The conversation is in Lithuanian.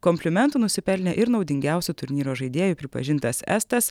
komplimentų nusipelnė ir naudingiausiu turnyro žaidėju pripažintas estas